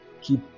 keep